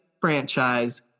franchise